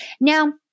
Now